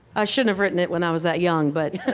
i shouldn't have written it when i was that young but